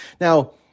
Now